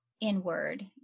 inward